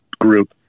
group